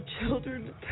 Children